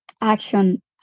action